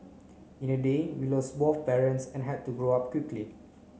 in a day we lost both parents and had to grow up quickly